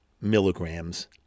milligrams